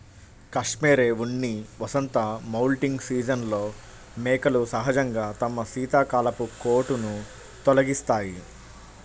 cashmere ఉన్ని వసంత moulting సీజన్లో మేకలు సహజంగా తమ శీతాకాలపు కోటును తొలగిస్తాయి